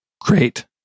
great